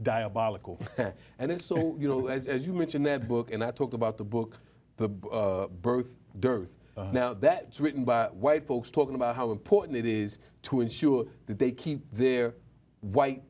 diabolical and it's so you know as you mentioned that book and i talk about the book the birth dearth now that's written by white folks talking about how important it is to ensure that they keep their white